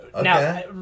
now